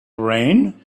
rain